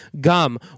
gum